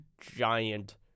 giant